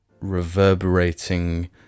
reverberating